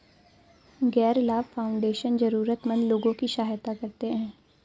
गैर लाभ फाउंडेशन जरूरतमन्द लोगों की सहायता करते हैं